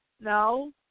No